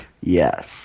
Yes